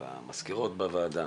שקיבלו המזכירות בוועדה